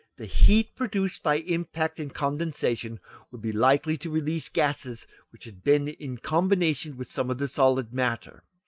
the heat produced by impact and condensation would be likely to release gases which had been in combination with some of the solid matter,